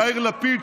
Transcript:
יאיר לפיד,